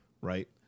right